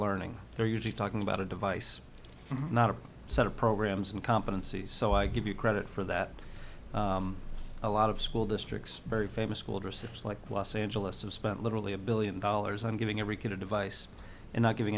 learning they're usually talking about a device not a set of programs and competencies so i give you credit for that a lot of school districts very famous school dresses like los angeles have spent literally a billion dollars on giving every kid a device and not giving